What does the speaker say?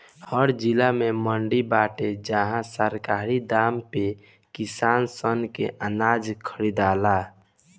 हर जिला में मंडी बाटे जहां सरकारी दाम पे किसान सन के अनाज खरीदाला